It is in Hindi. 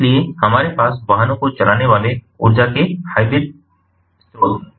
इसलिए हमारे पास वाहनों को चलाने वाले ऊर्जा के हाइब्रिड स्रोत हैं